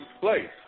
place